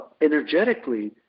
energetically